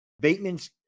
Bateman's